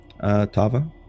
Tava